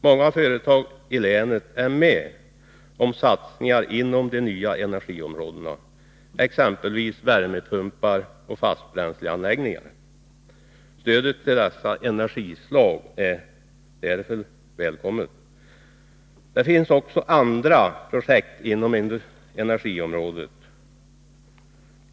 Många företag i länet är med om satsningar som gäller nyheter på energiområdet, exempelvis värmepumpar och fastbränsleanläggningar. Stödet till dessa energislag är därför välkommet. Det finns också andra projekt inom energiområdet.